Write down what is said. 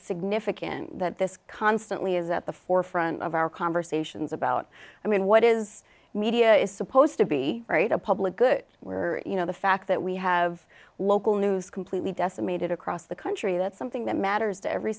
significant that this constantly is at the forefront of our conversations about i mean what is media is supposed to be great a public good where you know the fact that we have local news completely decimated across the country that's something that matters to every